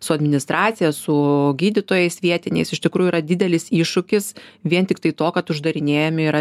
su administracija su gydytojais vietiniais iš tikrųjų yra didelis iššūkis vien tiktai to kad uždarinėjami yra